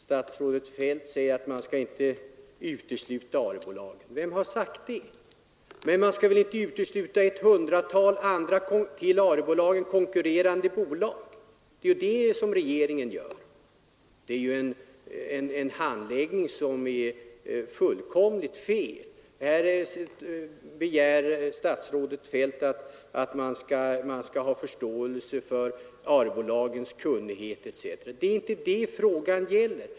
Herr talman! Statsrådet Feldt hävdar att man inte skall utesluta Arebolagen. Vem har sagt det? Men man skall väl inte utesluta ett hundratal andra med Arebolagen konkurrerande företag. Det är detta regeringen har gjort. Handläggningen är fullkomligt felaktig. Statsrådet begär att vi skall respektera Arebolagens kunnighet. Det är inte det frågan gäller.